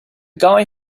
guy